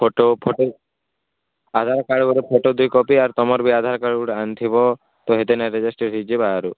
photo photo Aadhaar card ଲାଗି photo ଦେଇ copy ତମର ବି ଆଧାର କାର୍ଡ଼ ଆଣିଥିବ ତୁମେ ସେଥିରେ ରେଜିଷ୍ଟ୍ରସନ୍ ହେଇଯିବ ଆରୁ